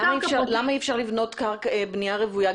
למה אי אפשר לבנות בנייה רוויה?